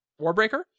Warbreaker